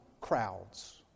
crowds